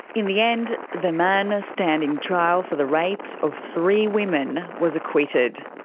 in the end, the man standing trial for the rapes of three women was acquitted.